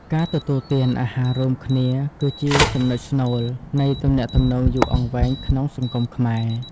ការទទួលទានអាហាររួមគ្នា គឺជា «ចំណុចស្នូល» នៃទំនាក់ទំនងយូរអង្វែងក្នុងសង្គមខ្មែរ។